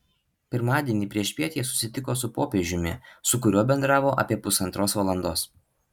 pirmadienį priešpiet jie susitiko su popiežiumi su kuriuo bendravo apie pusantros valandos